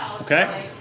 Okay